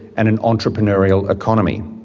and an entrepreneurial economy.